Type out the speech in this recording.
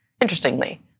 Interestingly